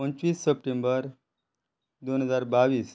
पंचवीस सप्टेंबर दोन हजार बावीस